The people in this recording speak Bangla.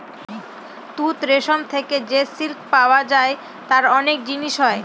তুত রেশম থেকে যে সিল্ক পাওয়া যায় তার অনেক জিনিস হয়